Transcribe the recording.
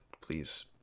please